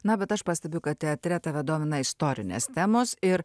na bet aš pastebiu kad teatre tave domina istorinės temos ir